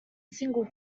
single